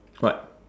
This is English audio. what